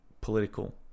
political